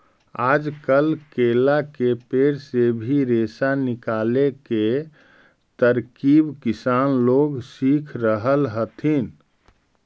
आजकल केला के पेड़ से भी रेशा निकाले के तरकीब किसान लोग सीख रहल हथिन